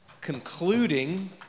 concluding